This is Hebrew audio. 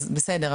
אז בסדר,